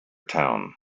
town